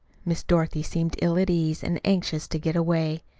miss dorothy seemed ill at ease, and anxious to get away.